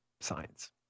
Science